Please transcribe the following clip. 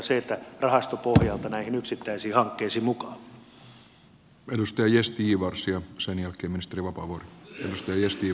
ei niin että lähdetään yksittäin rahoittamaan vaan niin että rahastopohjalta näihin yksittäisiin hankkeisiin mukaan